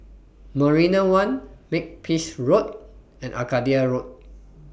Marina one Makepeace Road and Arcadia Road